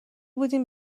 بودیم